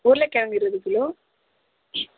உருளைக்கிழங்கு இருபது கிலோ